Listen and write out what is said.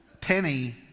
Penny